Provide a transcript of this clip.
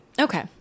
Okay